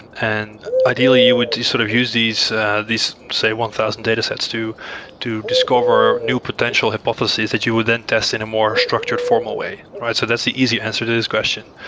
and and ideally you would sort of use these these say, one thousand data sets to to discover new potential hypotheses that you would then test in a more structured formal way, right? so that's the easy answer to this question.